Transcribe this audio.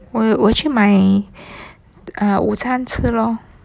我我去买 err 午餐吃 lor